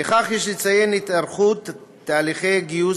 נוסף על כך יש לציין את התארכות תהליכי גיוס